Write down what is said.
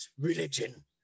religion